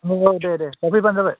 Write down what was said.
औ औ दे दे नों फैबानो जाबाय